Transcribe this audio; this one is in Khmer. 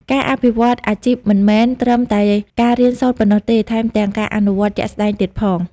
ការអភិវឌ្ឍន៍អាជីពមិនមែនត្រឹមតែការរៀនសូត្រប៉ុណ្ណោះទេ ថែមទាំងការអនុវត្តជាក់ស្តែងទៀតផង។